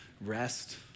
rest